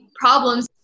problems